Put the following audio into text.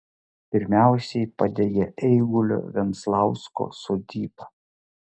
pirmiausiai padegė eigulio venslausko sodybą